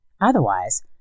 Otherwise